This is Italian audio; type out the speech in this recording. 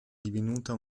divenuta